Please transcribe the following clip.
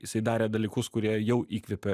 jisai darė dalykus kurie jau įkvėpė